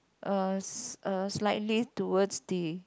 uh uh slightly towards the